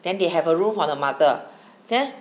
then they have a roof on her mother there